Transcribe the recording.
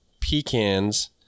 pecans